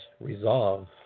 resolve